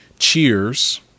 Cheers